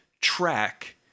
track